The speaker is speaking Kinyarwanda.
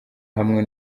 hamwe